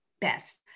best